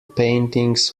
paintings